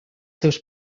seus